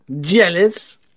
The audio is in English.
Jealous